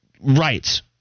rights